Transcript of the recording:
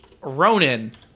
Ronan